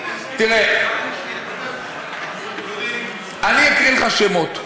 תראה, אני אקריא לך שמות.